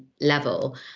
level